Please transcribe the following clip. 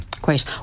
Great